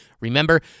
remember